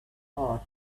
heart